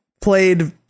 played